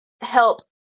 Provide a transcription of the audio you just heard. help